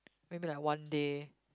maybe like one day